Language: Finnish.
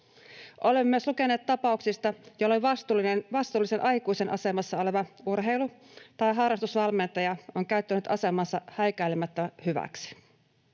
Olemme myös lukeneet tapauksista, joissa vastuullisen aikuisen asemassa oleva urheilu- tai harrastusvalmentaja on käyttänyt asemaansa häikäilemättä hyväksi.